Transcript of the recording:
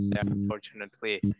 Unfortunately